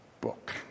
book